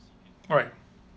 alright